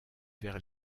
vers